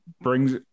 brings